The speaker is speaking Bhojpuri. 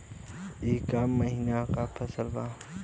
ई क महिना क फसल बा?